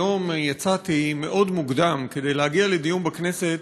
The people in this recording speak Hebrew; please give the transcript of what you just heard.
היום יצאתי מאוד מוקדם כדי להגיע לדיון בכנסת